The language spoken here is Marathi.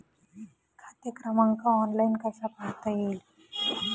खाते क्रमांक ऑनलाइन कसा पाहता येईल?